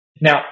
Now